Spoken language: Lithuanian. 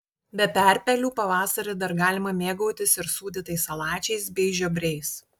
be perpelių pavasarį dar galima mėgautis ir sūdytais salačiais bei žiobriais